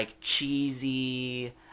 cheesy